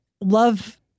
love